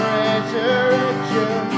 resurrection